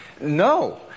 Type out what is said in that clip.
No